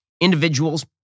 individuals